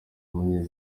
impungenge